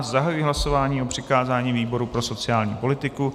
Zahajuji hlasování o přikázání výboru pro sociální politiku.